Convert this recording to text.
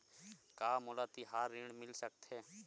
का मोला तिहार ऋण मिल सकथे?